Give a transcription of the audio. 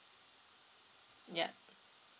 yup